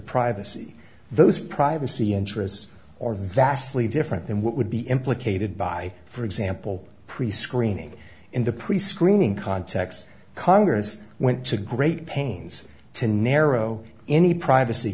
privacy those privacy interests or vastly different than what would be implicated by for example prescreening in the prescreening context congress went to great pains to narrow any privacy